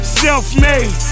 self-made